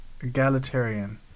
Egalitarian